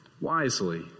wisely